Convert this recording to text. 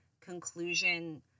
conclusion